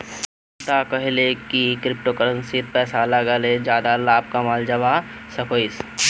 श्वेता कोहले की क्रिप्टो करेंसीत पैसा लगाले ज्यादा लाभ कमाल जवा सकोहिस